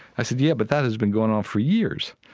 i said, yeah, but that has been going on for years.